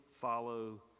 follow